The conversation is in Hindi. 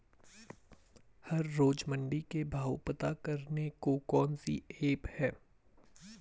हर रोज़ मंडी के भाव पता करने को कौन सी ऐप है?